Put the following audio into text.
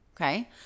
okay